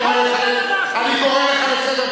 אני אדבר על האשה,